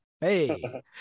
Hey